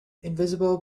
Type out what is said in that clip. invisible